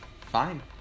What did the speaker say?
Fine